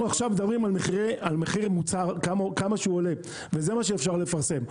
אנחנו מדברים על מחיר מוצר כמה שהוא עולה וזה מה שאפשר לפרסם.